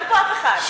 אין פה אף אחד,